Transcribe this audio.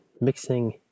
mixing